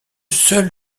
seul